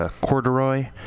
corduroy